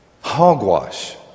Hogwash